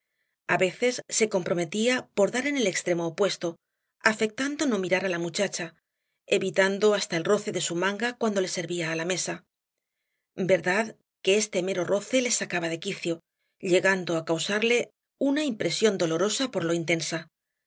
a veces se comprometía por dar en el extremo opuesto afectando no mirar á la muchacha evitando hasta el roce de su manga cuando le servía á la mesa verdad que este mero roce le sacaba de quicio llegando á causarle una impresión dolorosa por lo intensa